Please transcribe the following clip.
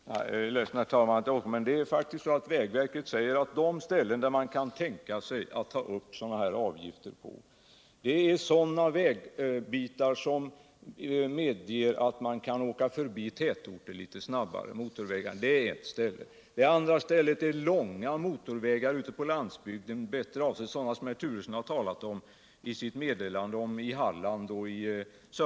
Herr talman! Jag är ledsen att jag måste återkomma, men det är faktiskt så att vägverket har sagt att det finns tre ställen där det vore tänkbart att ta upp avgifter. Det är för det första sådana viägbitar som medger att man kan åka förbi tätorter litet snabbare. För det andra är det långa motorvägar ute på landsbygden — det är sådana vägar i Halland, Södermanland osv. som herr Turesson har talat om i sitt meddelande. För det tredje är det broar.